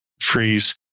freeze